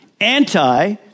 Anti